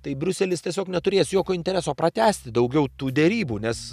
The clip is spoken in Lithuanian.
tai briuselis tiesiog neturės jokio intereso pratęsti daugiau tų derybų nes